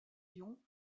lyon